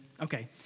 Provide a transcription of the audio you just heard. Okay